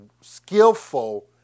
skillful